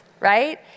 right